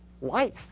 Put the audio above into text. life